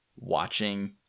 watching